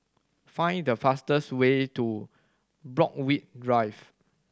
find the fastest way to Borthwick Drive